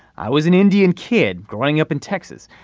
i was an indian kid growing up in texas.